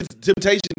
Temptations